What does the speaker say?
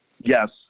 yes